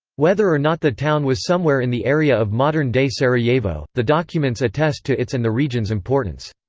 whether or not the town was somewhere in the area of modern-day sarajevo, the documents attest to its and the region's importance.